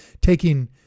taking